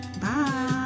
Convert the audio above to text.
Bye